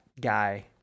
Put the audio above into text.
guy